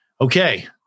Okay